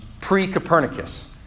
pre-Copernicus